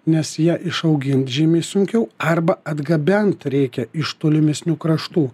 nes ją išaugint žymiai sunkiau arba atgabent reikia iš tolimesnių kraštų